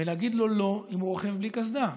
ולהגיד לו "לא" אם הוא רוכב בלי קסדה,